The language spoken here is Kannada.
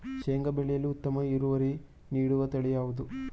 ಶೇಂಗಾ ಬೆಳೆಯಲ್ಲಿ ಉತ್ತಮ ಇಳುವರಿ ನೀಡುವ ತಳಿ ಯಾವುದು?